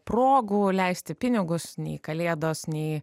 progų leisti pinigus nei kalėdos nei